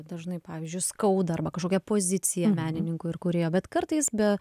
dažnai pavyzdžiui skauda arba kažkokia pozicija menininko ir kūrėjo bet kartais be